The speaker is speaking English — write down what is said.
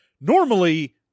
normally